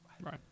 Right